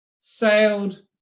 sailed